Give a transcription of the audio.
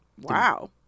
wow